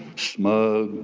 smug,